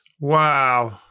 wow